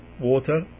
water